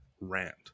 rant